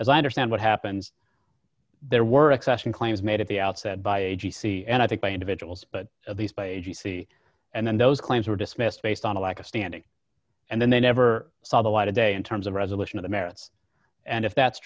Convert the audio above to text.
as i understand what happens there were accession claims made at the outset by a g c and i think by individuals but at least by agency and then those claims were dismissed based on a lack of standing and then they never saw the light of day in terms of resolution of the merits and if that's